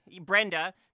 Brenda